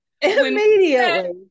Immediately